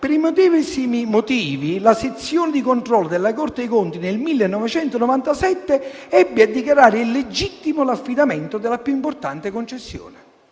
medesimi motivi la Sezione di controllo della Corte dei conti, nel 1997, ebbe a dichiarare illegittimo l'affidamento della più importante concessione».